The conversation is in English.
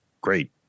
Great